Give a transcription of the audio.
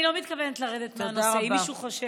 אני לא מתכוונת לרדת מהנושא, אם מישהו חושב.